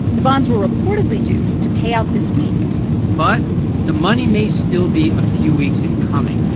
the bonds were reportedly due to pay out this week but the money may still be a few weeks in coming,